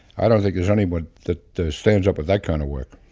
i don't think there's anyone that stands up with that kind of work.